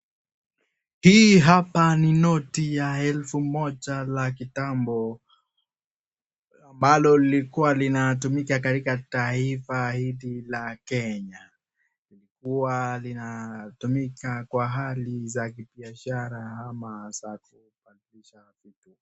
Hii hapa ni noti ya elfu moja la kitambo ambalo lilikuwa linatumika katika taifa yetu la Kenya, ilikuwa linatumika kwa hali za kibiashara ama za kubadilisha vitu.